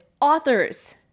authors